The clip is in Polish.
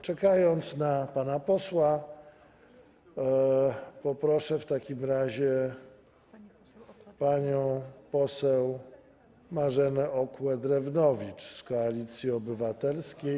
Czekając na pana posła, poproszę w takim razie panią poseł Marzenę Okła-Drewnowicz z Koalicji Obywatelskiej.